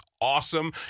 awesome